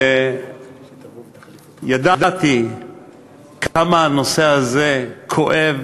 וידעתי כמה הנושא הזה כואב